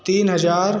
तीन हज़ार